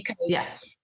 Yes